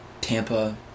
Tampa